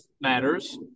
matters